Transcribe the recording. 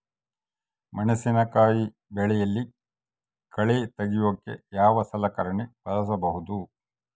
ಮೆಣಸಿನಕಾಯಿ ಬೆಳೆಯಲ್ಲಿ ಕಳೆ ತೆಗಿಯೋಕೆ ಯಾವ ಸಲಕರಣೆ ಬಳಸಬಹುದು?